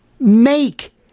Make